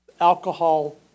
alcohol